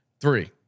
Three